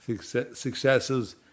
successes